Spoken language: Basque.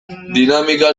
dinamika